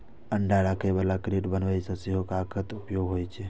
अंडा राखै बला क्रेट बनबै मे सेहो कागतक उपयोग होइ छै